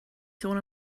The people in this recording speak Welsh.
sôn